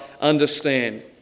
understand